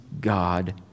God